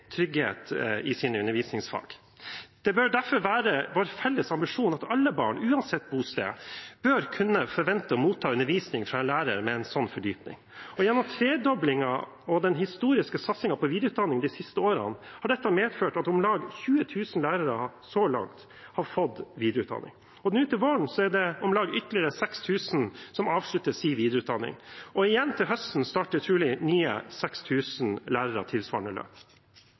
trygghet i sine undervisningsfag. Det bør derfor være vår felles ambisjon at alle barn, uansett bosted, bør kunne forvente å motta undervisning fra en lærer med en sånn fordypning. Tredoblingen og den historiske satsingen på videreutdanning de siste årene har medført at om lag 20 000 lærere så langt har fått videreutdanning. Nå til våren er det om lag ytterligere 6 000 som avslutter sin videreutdanning, og til høsten igjen starter trolig nye 6 000 lærere tilsvarende